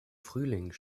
frühling